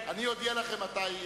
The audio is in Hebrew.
קבוצת סיעת קדימה,